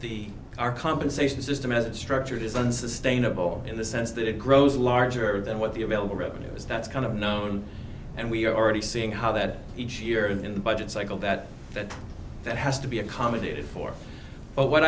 the our compensation system as it structured is unsustainable in the sense that it grows larger than what the available revenues that's kind of known and we're already seeing how that each year in the budget cycle that that has to be accommodated for